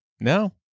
no